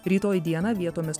rytoj dieną vietomis